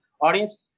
audience